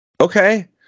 okay